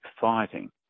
fighting